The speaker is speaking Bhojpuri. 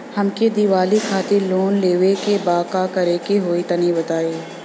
हमके दीवाली खातिर लोन लेवे के बा का करे के होई तनि बताई?